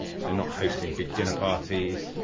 so not hosting big dinner parties,